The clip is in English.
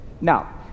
now